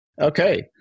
Okay